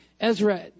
Ezra